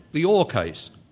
the orr case.